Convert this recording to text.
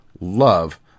love